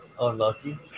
Unlucky